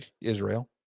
Israel